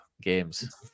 games